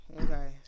Okay